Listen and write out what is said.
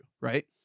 right